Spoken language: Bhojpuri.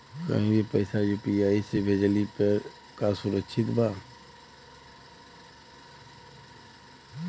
कहि भी पैसा यू.पी.आई से भेजली पर ए सुरक्षित हवे का?